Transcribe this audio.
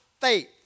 faith